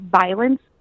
violence